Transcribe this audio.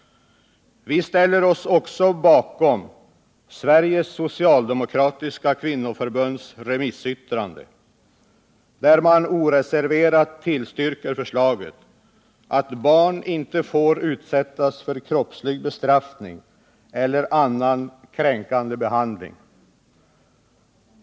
Vi ställer oss också bakom Sveriges socialdemokratiska kvinnoförbunds remissyttrande, där man oreserverat tillstyrker förslaget att barn inte skall få utsättas för kroppslig bestraffning eller annan kränkande behandling.